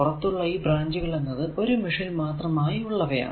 പുറത്തുള്ള ഈ ബ്രാഞ്ചുകൾ എന്നത് ഒരു മെഷിൽ മാത്രമായി ഉള്ളവയാണ്